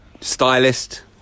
Stylist